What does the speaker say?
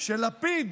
של לפיד